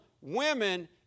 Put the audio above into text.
women